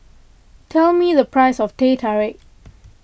tell me the price of Teh Tarik